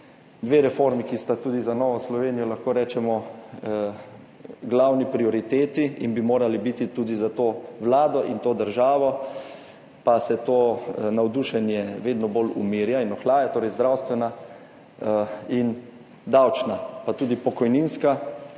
dve reformi, ki sta tudi za Novo Slovenijo, lahko rečemo, glavni prioriteti in bi morali biti tudi za to Vlado in to državo, pa se to navdušenje vedno bolj umirja in ohlaja, torej, zdravstvena in davčna, pa tudi pokojninska